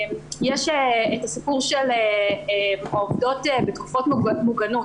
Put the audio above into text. יש את הסיפור של העובדות בתקופות מוגנות.